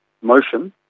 motion